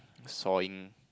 sawing